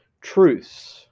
truths